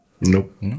Nope